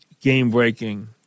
game-breaking